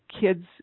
kids